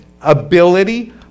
ability